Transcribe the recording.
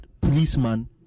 policeman